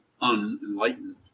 unenlightened